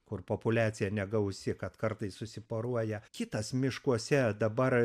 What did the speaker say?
kur populiacija negausi kad kartais susiporuoja kitas miškuose dabar